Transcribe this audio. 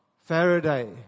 Faraday